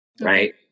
right